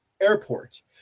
Airport